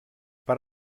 per